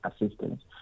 assistance